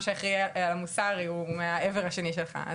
שיהיה אחראי על המוסר הוא יהיה מעבר השני שלך.